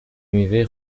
میوه